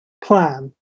plan